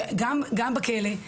שגם בכלא,